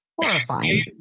horrifying